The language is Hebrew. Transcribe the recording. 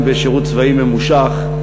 גם בשירות צבאי ממושך,